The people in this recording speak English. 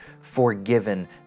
forgiven